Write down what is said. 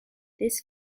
this